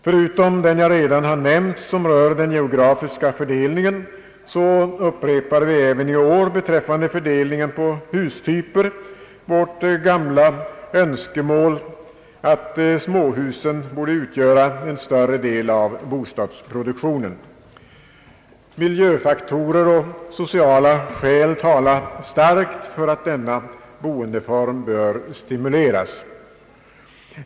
Förutom det önskemål jag redan nämnt, som berör den geografiska fördelningen, upprepar vi även i år beträffande fördelningen på hustyper vårt gamla önskemål att småhusen borde utgöra en större del av bostadsproduktionen. Miljöfaktorer och sociala skäl talar starkt för att denna boendeform bör stimuleras.